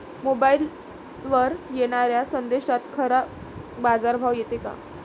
मोबाईलवर येनाऱ्या संदेशात खरा बाजारभाव येते का?